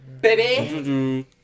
baby